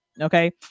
Okay